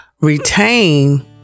retain